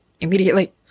immediately